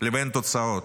לבין תוצאות.